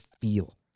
feel